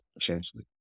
essentially